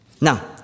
Now